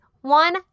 one